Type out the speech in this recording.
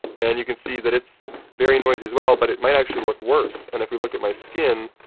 and you can see that it's very noisy as well, but it might actually look worse. and if we look at my skin,